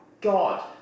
God